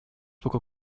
will